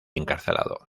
encarcelado